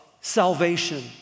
salvation